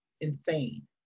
insane